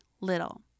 little